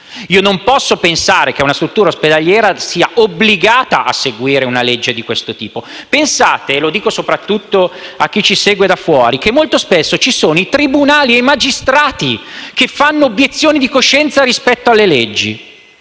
non posso pensare che una struttura ospedaliera sia obbligata a seguire una legge di questo tipo. Pensate - e mi rivolgo soprattutto a chi segue da fuori i nostri lavori - che molto spesso sono i tribunali e i magistrati a fare obiezione di coscienza rispetto alle leggi.